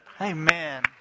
Amen